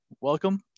Welcome